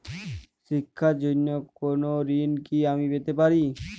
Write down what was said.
শিক্ষার জন্য কোনো ঋণ কি আমি পেতে পারি?